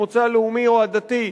מוצא לאומי או עדתי,